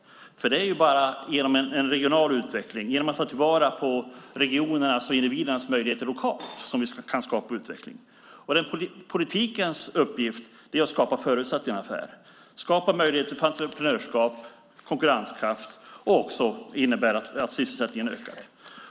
För det är bara genom en regional utveckling, genom att ta till vara regionernas och individernas möjligheter lokalt, som vi kan skapa utveckling. Politikens uppgift är att skapa förutsättningar för det här, skapa möjligheter för entreprenörskap och konkurrenskraft. Det innebär också att sysselsättningen ökar.